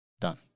Done